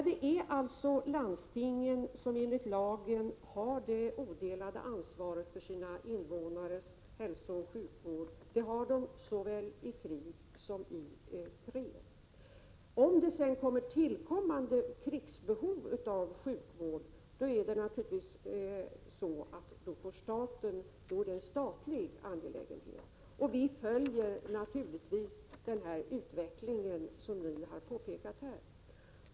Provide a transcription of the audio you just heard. Det är alltså landstingen som enligt lagen har det odelade ansvaret för sina invånares hälsooch sjukvård såväl i krig som i fred. Om det tillkommer ytterligare krigsbehov av sjukvård blir det en statlig angelägenhet. Vi följer utvecklingen, som jag har påpekat här.